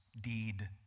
deed